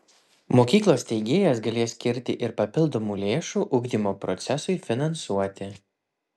mokyklos steigėjas galės skirti ir papildomų lėšų ugdymo procesui finansuoti